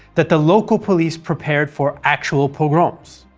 that the local police prepared for actual pogroms.